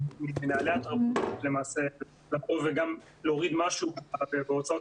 ממנהלי התרבות להוריד משהו בהוצאות